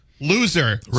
Loser